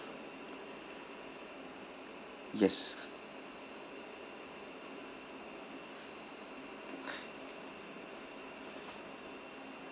yes